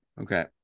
Okay